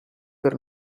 per